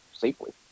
safely